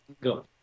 Go